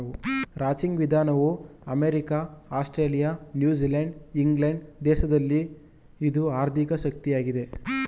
ranching ವಿಧಾನವು America, Australia, New Zealand England ದೇಶಗಳಲ್ಲಿ ಇದು ಆರ್ಥಿಕ ಶಕ್ತಿಯಾಗಿದೆ